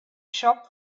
shop